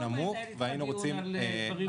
אתה לא מנהל דיון על גברים חרדים.